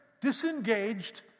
Disengaged